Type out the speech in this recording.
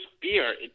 beer